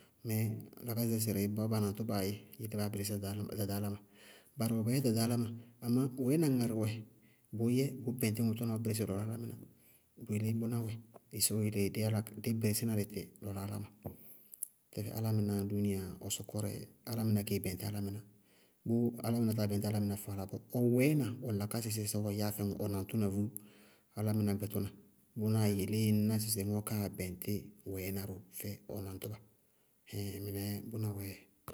Mɛɛ lakásɩsɛ sɩrɩ bɔɔ ba naŋtʋbaá yɛ bʋʋ yelé baá bɛrɛsí ɖaɖa áláma. Barɩ wɛ ba yɛ ɖaɖa áláma, amá wɛɛna ŋarɩ wɛ bʋʋ bɛŋtí bʋ tʋna, ɔɔ bɩrɩssí lɔlɔ álámɩná. Bʋ yelé bʋná wɛ, ɩsɔɔɔ yele dí yálá dí bɩrɩsɩná dɩtɩ lɔlɔ áláma. Tɛfɛ álámɩná sɔkɔrɛ dúúnia álámɩná kée bɛŋtí álámɩná. Bʋʋ alaminá táa bɛŋtí álámɩná faala bɔɔ, ɔ wɛɛna ɔ lakásɩsɛ sɛɛ ɔɔ yɛyá fɛ ɔ naŋtʋna vú áláñgbɩtʋna, bʋnáa yelé ŋñná sɩ ŋɔɔkáaá ññ bɛŋtí wɛɛna ró dɩ ɔ naŋtʋba. Ɛhɛɛɛɩŋ mɩnɛɛ bʋná wɛɛ dzɛ.